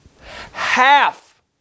Half